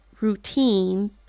routine